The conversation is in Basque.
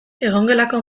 egongelako